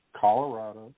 Colorado